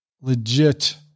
legit